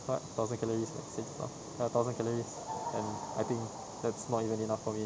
what thousand calories let's say ya ya thousand calories and I think that's not even enough for me